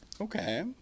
Okay